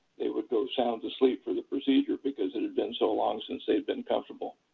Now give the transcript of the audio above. they would go sound asleep for the procedure because it had been so long since they'd been comfortable.